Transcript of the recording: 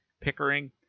Pickering